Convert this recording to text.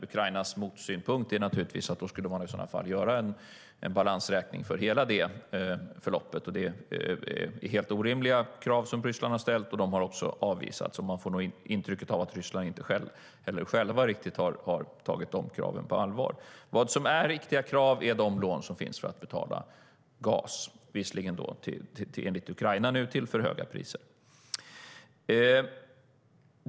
Ukrainas motargument var att man i sådana fall skulle göra en balansräkning för hela det förloppet. Ryssland har ställt helt orimliga krav. De har också avvisats. Och man får intrycket att Ryssland själva inte har tagit de kraven riktigt på allvar. Vad som är riktiga krav är de lån som finns för att betala gas, visserligen till för höga priser enligt Ukraina.